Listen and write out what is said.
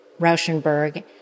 Rauschenberg